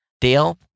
Dale